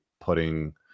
putting